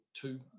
two